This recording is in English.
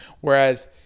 whereas